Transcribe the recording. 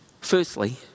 Firstly